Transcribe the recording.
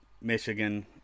michigan